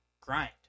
grind